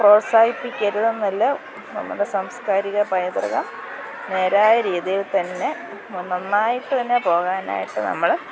പ്രോത്സാഹിപ്പിക്കരുതെന്നല്ല നമ്മുടെ സാംസ്കാരിക പൈതൃകം നേരായ രീതിയിൽ തന്നെ നന്നായിട്ടു തന്നെ പോകാനായിട്ട് നമ്മൾ